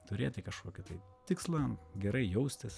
turėti kažkokį tai tikslą gerai jaustis